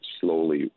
slowly